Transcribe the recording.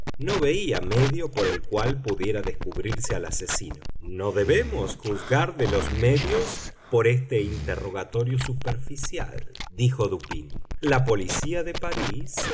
no veía medio por el cual pudiera descubrirse al asesino no debemos juzgar de los medios por este interrogatorio superficial dijo dupín la policía de parís